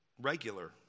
Regular